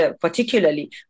particularly